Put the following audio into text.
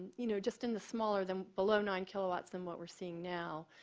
you know, just in the smaller than below nine kilowatts than what we're seeing now